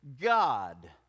God